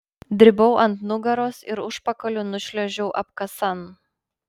dribau ant nugaros ir užpakaliu nušliuožiau apkasan